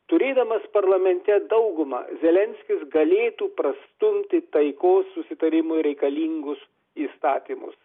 turėdamas parlamente daugumą zelenskis galėtų prastumti taikos susitarimui reikalingus įstatymus